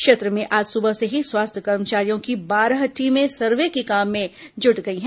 क्षेत्र में आज सुबह से ही स्वास्थ्य कमर्चारियों की बारह टीमें सर्वे को काम में जुट गई हैं